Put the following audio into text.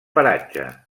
paratge